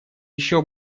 еще